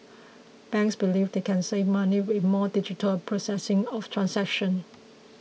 banks believe they can save money with more digital processing of transaction